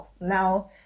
now